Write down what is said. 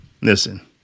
Listen